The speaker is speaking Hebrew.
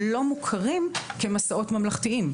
לא מוכרים כמסעות ממלכתיים.